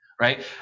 right